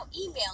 email